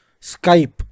skype